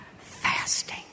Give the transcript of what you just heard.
fasting